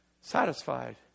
satisfied